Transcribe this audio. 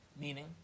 Meaning